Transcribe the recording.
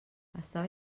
estava